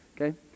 okay